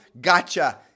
gotcha